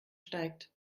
steigt